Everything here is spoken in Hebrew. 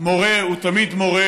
מורה הוא תמיד מורה,